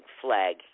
flag